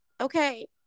Okay